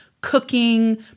cooking